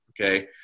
okay